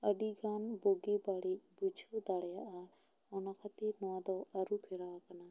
ᱟᱹᱰᱤ ᱜᱟᱱ ᱵᱩᱜᱤ ᱵᱟᱹᱲᱤᱡᱽ ᱵᱩᱡᱷᱟᱹᱣ ᱫᱟᱲᱮᱭᱟᱜᱼᱟ ᱚᱱᱟ ᱠᱷᱟᱹᱛᱤᱨ ᱱᱚᱭᱟ ᱫᱚ ᱟᱹᱨᱩ ᱯᱷᱮᱨᱟᱣ ᱟᱠᱟᱱᱟ